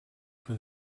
for